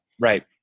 Right